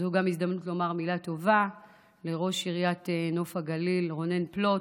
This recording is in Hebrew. זו גם הזדמנות לומר מילה טובה לראש עיריית נוף הגליל רונן פלוט,